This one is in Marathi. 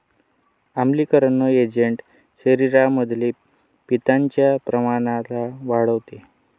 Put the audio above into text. आम्लीकरण एजंट शरीरामध्ये पित्ताच्या प्रमाणाला वाढवते